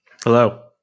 Hello